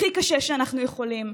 הכי קשה שאנחנו יכולים,